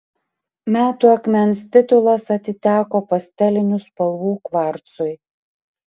metų akmens titulas atiteko pastelinių spalvų kvarcui